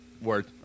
Word